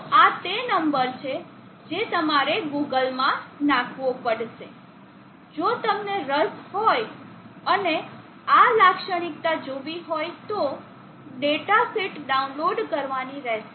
તો આ તે નંબર છે જે તમારે ગૂગલમાં નાખવો પડશે જો તમને રસ હોય અને આ લાક્ષણિકતા જોવી હોય તો ડેટા શીટ ડાઉનલોડ કરવાની રહેશે